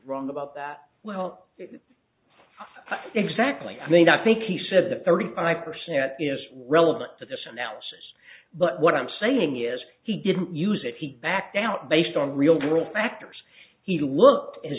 wrong about that well exactly i mean i think he said that thirty five percent is relevant to this analysis but what i'm saying is he didn't use it he backed down based on real world factors he looked at the